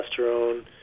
testosterone